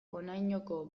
honainoko